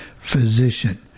physician